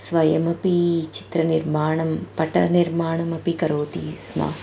स्वयमपि चित्रनिर्माणं पटनिर्माणमपि करोति स्म